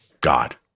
God